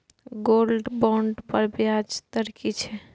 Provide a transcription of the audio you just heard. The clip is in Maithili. गोल्ड बोंड पर ब्याज दर की छै?